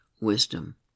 wisdom